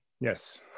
Yes